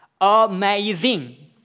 Amazing